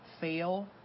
fail